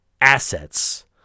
Assets